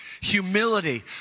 Humility